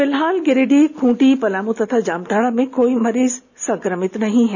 फिलहाल गिरिडीह खूंटी पलामू तथा जामताड़ा में कोई मरीज संक्रमित नहीं है